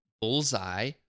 Bullseye